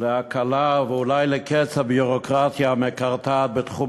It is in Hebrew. להקלה ואולי לקץ הביורוקרטיה המקרטעת בתחום